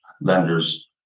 lenders